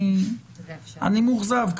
אני מאוכזב,